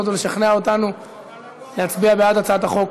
לשכנע אותנו להצביע בעד הצעת החוק,